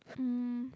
um